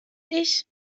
ich